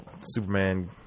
Superman